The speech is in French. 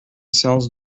séance